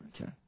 Okay